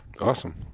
Awesome